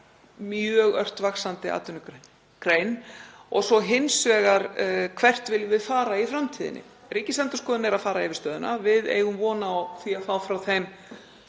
mjög ört vaxandi atvinnugrein. Og svo hins vegar: Hvert viljum við fara í framtíðinni? Ríkisendurskoðun er að fara yfir stöðuna. Við eigum von á því að fá stöðumat